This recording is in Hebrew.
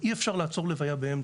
אי אפשר לעצור לוויה באמצע.